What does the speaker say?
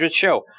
show